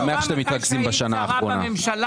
החשמל עכשיו יותר יקר מאשר מה שהוא היה.